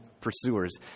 pursuers